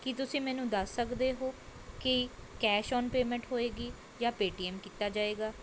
ਕੀ ਤੁਸੀਂ ਮੈਨੂੰ ਦੱਸ ਸਕਦੇ ਹੋ ਕਿ ਕੈਸ਼ ਔਨ ਪੇਮੈਂਟ ਹੋਵੇਗੀ ਜਾਂ ਪੇਟੀਐਮ ਕੀਤਾ ਜਾਵੇਗਾ